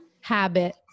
Habit